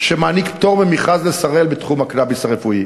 שמעניק פטור ממכרז ל"שראל" בתחום הקנאביס הרפואי.